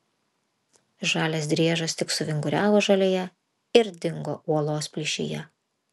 žalias driežas tik suvinguriavo žolėje ir dingo uolos plyšyje